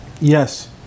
Yes